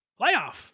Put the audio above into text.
Playoff